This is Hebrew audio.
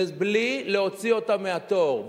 ובלי להוציא אותם מהתור.